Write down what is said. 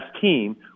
team